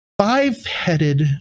five-headed